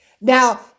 Now